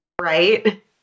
Right